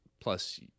Plus